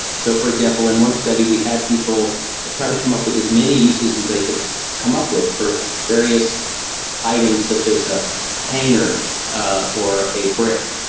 so for example, in one study we had people ah try to come up with as many uses as they could come up with for various items such as a hanger ah or a brick.